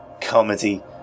comedy